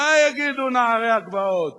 מה יגידו נערי הגבעות